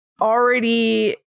already